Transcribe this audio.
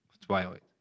twilight